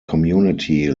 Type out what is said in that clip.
community